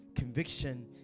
conviction